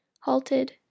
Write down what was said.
halted